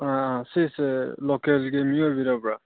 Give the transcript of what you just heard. ꯁꯤꯁꯦ ꯂꯣꯀꯦꯜꯒꯤ ꯃꯤ ꯑꯣꯏꯕꯤꯔꯕ꯭ꯔꯥ